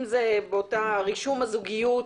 אם זה רישום הזוגיות.